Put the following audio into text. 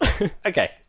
Okay